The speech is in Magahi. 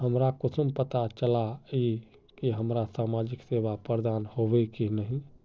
हमरा कुंसम पता चला इ की हमरा समाजिक सेवा प्रदान होबे की नहीं?